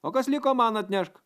o kas liko man atnešk